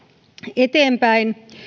eteenpäin